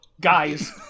guys